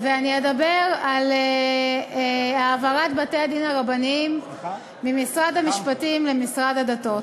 ואני אדבר על העברת בתי-הדין הרבניים ממשרד המשפטים למשרד הדתות.